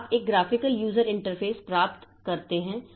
तो आप एक ग्राफिकल यूजर इंटरफेस प्राप्त करते हैं